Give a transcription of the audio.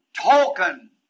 token